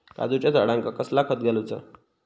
काजूच्या झाडांका कसला खत घालूचा?